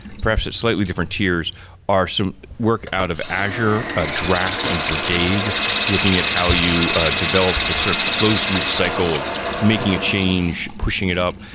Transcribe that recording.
perhaps at slightly different tiers are some work out of azure, ah draft and brigade looking at how you develop the sort of closed loop cycle of making a change, pushing it up.